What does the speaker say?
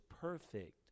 perfect